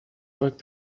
work